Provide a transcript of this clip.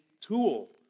tool